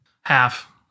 half